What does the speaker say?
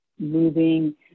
moving